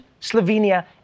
Slovenia